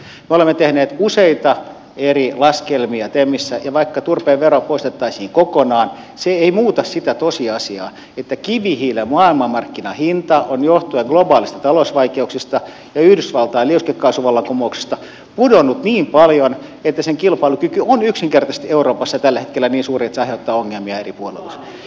me olemme tehneet useita eri laskelmia temissä ja vaikka turpeen vero poistettaisiin kokonaan se ei muuta sitä tosiasiaa että kivihiilen maailmanmarkkinahinta on johtuen globaaleista talousvaikeuksista ja yhdysvaltain liuskekaasuvallankumouksesta pudonnut niin paljon että sen kilpailukyky on yksinkertaisesti euroopassa tällä hetkellä niin suuri että se aiheuttaa ongelmia eri puolilla